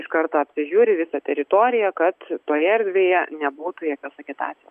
iš karto apsižiūri visą teritoriją kad toje erdvėje nebūtų jokios agitacijos